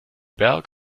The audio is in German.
berg